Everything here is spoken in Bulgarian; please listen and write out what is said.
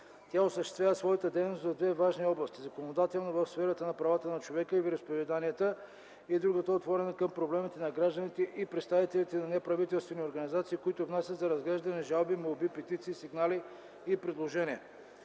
Тя осъществява своята дейност в две важни области – законодателна, в сферата на правата на човека и вероизповеданията и другата - отворена към проблемите на гражданите и представителите на неправителствени организации, които внасят за разглеждане жалби, молби, петиции, сигнали и предложения.